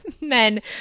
men